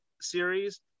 series